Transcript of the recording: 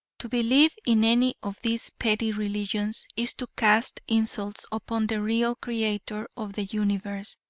to believe in any of these petty religions is to cast insults upon the real creator of the universe,